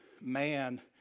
man